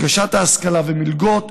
הנגשת ההשכלה ומלגות,